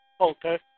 Okay